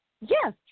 Yes